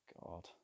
god